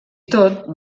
tot